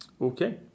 Okay